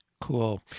Cool